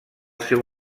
seu